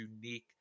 unique